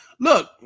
Look